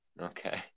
Okay